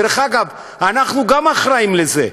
דרך אגב, אנחנו גם אחראים לזה.